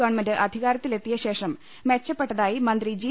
government അധികാരത്തിൽ എത്തിയശേഷം മെച്ചപ്പെ ട്ടതായി മന്ത്രി ജി